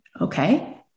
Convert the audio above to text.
Okay